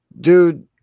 Dude